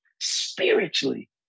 spiritually